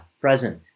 present